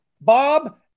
Bob